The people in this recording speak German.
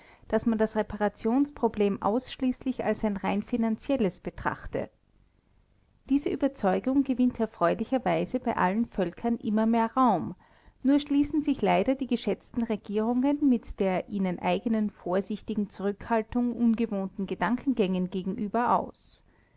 daß man das reparationsproblem ausschließlich als ein rein finanzielles betrachte diese überzeugung gewinnt erfreulicherweise bei allen völkern immer mehr raum nur schließen sich leider die geschätzten regierungen mit der ihnen eigenen vorsichtigen zurückhaltung ungewohnten gedankengängen gegenüber aus